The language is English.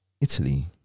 Italy